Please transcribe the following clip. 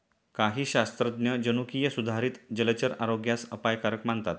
काही शास्त्रज्ञ जनुकीय सुधारित जलचर आरोग्यास अपायकारक मानतात